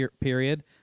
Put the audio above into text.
period